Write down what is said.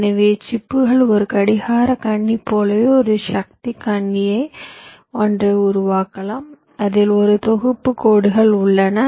எனவே சிப்புக்கள் ஒரு கடிகார கண்ணி போலவே ஒரு சக்தி கண்ணி ஒன்றை உருவாக்கலாம் அதில் ஒரு தொகுப்பு கோடுகள் உள்ளன